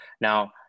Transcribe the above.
Now